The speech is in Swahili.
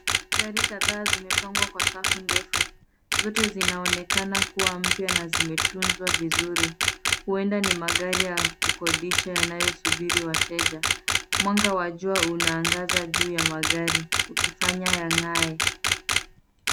Gari kadhaa zimepangwa kwa safu ndefu. Zote zinaonekana kuwa mpya na zimetunzwa vizuri huenda ni magari ya kukodisha yanayosubiri wateja. Mwanga wa jua unaangaza juu ya magari ukifanya yang'ae.